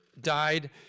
died